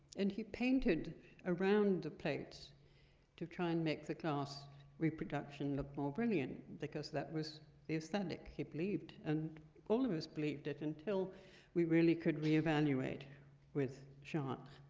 and he painted around the plates to try and make the glass reproduction look more brilliant because that was the aesthetic he believed. and all of us believed it until we really could reevaluate with chartres.